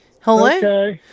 Hello